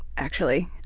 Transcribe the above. actually.